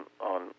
on